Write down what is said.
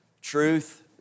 truth